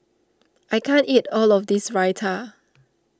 I can't eat all of this Raita